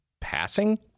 passing